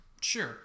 Sure